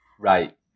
Right